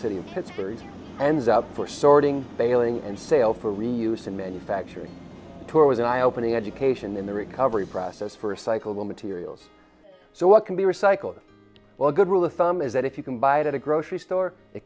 city of pittsburgh and south for sorting failing and sale for reuse and manufacturing tour with an eye opening education in the recovery process for a cycle materials so what can be recycled well a good rule of thumb is that if you can buy it at a grocery store